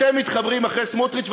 אתם מתחבאים מאחורי סמוטריץ.